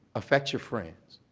affect your friends.